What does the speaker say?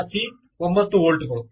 ವಿದ್ಯಾರ್ಥಿ 9 ವೋಲ್ಟ್